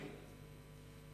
דיברתי בעדינות.